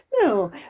No